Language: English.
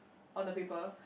on the paper